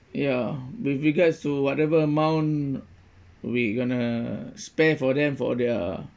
ya with regards to whatever amount we gonna spare for them for their